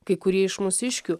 kai kurie iš mūsiškių